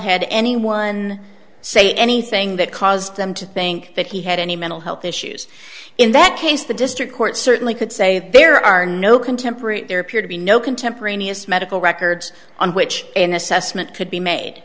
had anyone say anything that caused them to think that he had any mental health issues in that case the district court certainly could say there are no contemporary there appear to be no contemporaneous medical records on which an assessment could be made